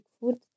food